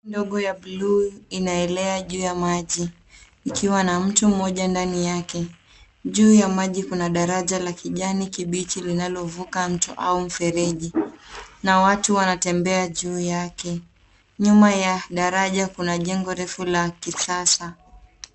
Ndogo ya bluu inaelea juu ya maji ikiwa na mtu mmoja ndani yake. Juu ya maji kuna daraja la kijani kibichi linalovuka mto au mfereji na watu wanatembea juu yake. Nyuma ya daraja kuna jengo refu la kisasa.